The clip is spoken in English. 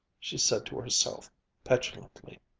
she said to herself petulantly.